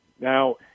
Now